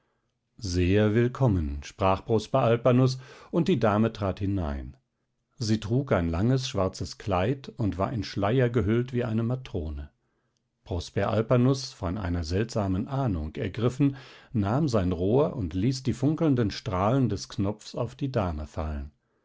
sehr willkommen sprach prosper alpanus und die dame trat hinein sie trug ein langes schwarzes kleid und war in schleier gehüllt wie eine matrone prosper alpanus von einer seltsamen ahnung ergriffen nahm sein rohr und ließ die funkelnden strahlen des knopfs auf die dame fallen